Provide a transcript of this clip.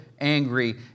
angry